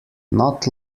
not